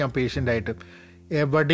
patient